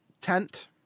tent